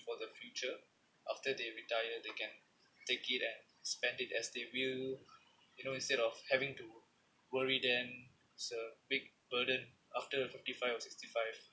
for the future after they retire they can take it and spend it as they will you know instead of having to worry then is a big burden after fifty five or sixty five